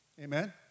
Amen